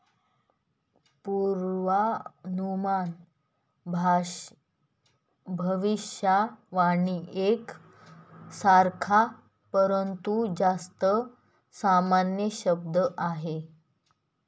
पूर्वानुमान भविष्यवाणी एक सारखा, परंतु जास्त सामान्य शब्द आहे